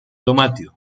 δωμάτιο